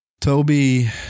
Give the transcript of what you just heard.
Toby